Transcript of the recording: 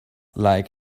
like